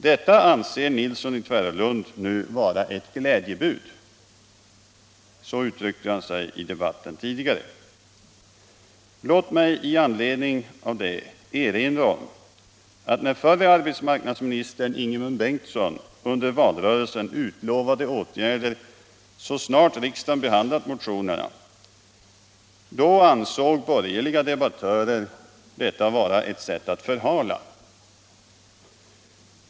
Detta anser herr Nilsson i Tvärålund nu vara ett glädjebud. Så uttryckte han sig i debatten tidigare. Låt mig i anledning av detta erinra om att när förre arbetsmarknadsministern Ingemund Bengtsson under valrörelsen utlovade åtgärder så snart riksdagen behandlat motionerna, ansåg borgerliga debattörer detta vara ett sätt att förhala.